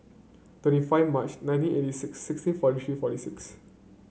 twenty five March nineteen eighty six sixteen forty three forty six